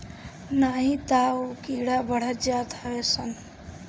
नाही तअ उ कीड़ा बढ़त जात हवे सन